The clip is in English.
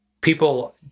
people